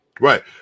Right